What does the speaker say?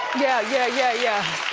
yeah, yeah, yeah, yeah.